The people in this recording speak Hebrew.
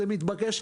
זה מתבקש,